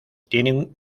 tiene